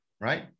right